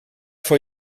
voor